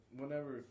whenever